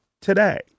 today